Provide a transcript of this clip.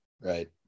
Right